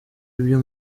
ibyo